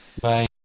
Bye